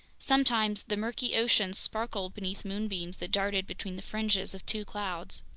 sometimes the murky ocean sparkled beneath moonbeams that darted between the fringes of two clouds.